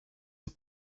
and